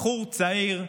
בחור צעיר,